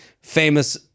famous